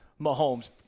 Mahomes